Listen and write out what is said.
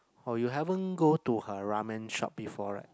oh you haven't go to her ramen shop before right